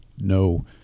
no